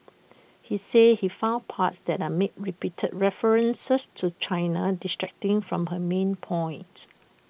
he says he found parts that made repeated references to China distracting from her main point